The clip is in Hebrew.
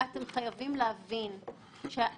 אני חייב לשתף אותך בהרגשת תסכול אישית שקיימת